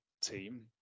team